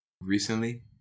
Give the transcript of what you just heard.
recently